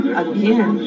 again